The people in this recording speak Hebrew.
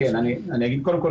קודם כול,